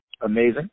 amazing